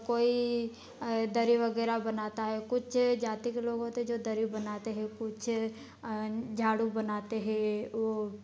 कोई दरी वगैरह बनाता है कुछ जाति के लोग होते हैं जो दरी बनाते हैं कुछ झाड़ू बनाते हैं वो